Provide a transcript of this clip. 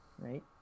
right